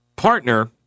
partner